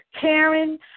Karen